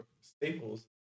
staples